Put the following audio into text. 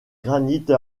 granite